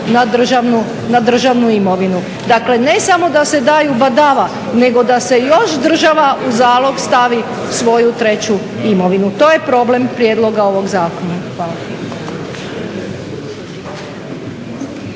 na državnu imovinu. Dakle, ne samo da se daju badava nego da se još država u zalog stavi svoju treću imovinu, to je problem prijedloga ovog zakona. Hvala.